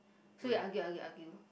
so we argue argue argue